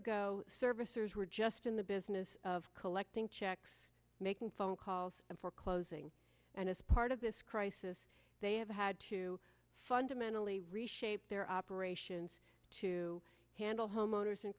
ago servicers were just in the business of collecting checks making phone calls and foreclosing and as part of this crisis they have had to fundamentally reshape their operations to handle homeowners